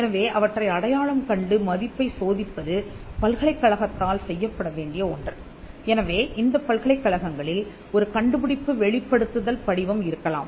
எனவே அவற்றை அடையாளம் கண்டு மதிப்பை சோதிப்பது பல்கலைக்கழகத்தால் செய்யப்பட வேண்டிய ஒன்று எனவே இந்தப் பல்கலைக்கழகங்களில் ஒரு கண்டுபிடிப்பு வெளிப்படுத்துதல் படிவம் இருக்கலாம்